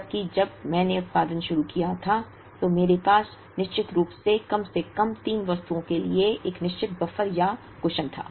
जबकि जब मैंने उत्पादन शुरू किया था तो मेरे पास निश्चित रूप से कम से कम तीन वस्तुओं के लिए एक निश्चित बफर या एक कुशन था